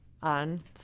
on